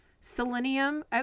selenium